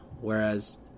whereas